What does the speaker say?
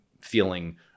feeling